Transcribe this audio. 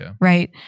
Right